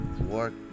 work